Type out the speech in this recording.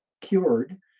cured